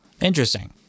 Interesting